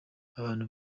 abantu